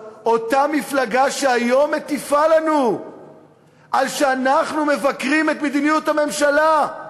אותה מפלגה שהיום מטיפה לנו על שאנחנו מבקרים את מדיניות הממשלה.